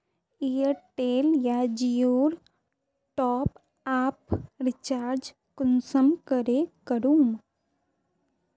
Airtel या जियोर top आप रिचार्ज कुंसम करे करूम?